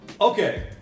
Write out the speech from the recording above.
Okay